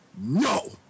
No